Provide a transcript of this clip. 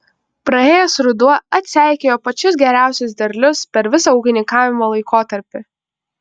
praėjęs ruduo atseikėjo pačius geriausius derlius per visą ūkininkavimo laikotarpį